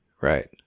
Right